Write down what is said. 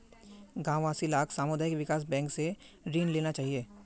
गांव वासि लाक सामुदायिक विकास बैंक स ऋण लेना चाहिए